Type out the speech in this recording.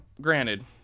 granted